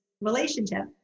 relationship